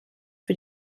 für